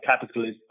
capitalist